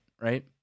right